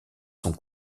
sont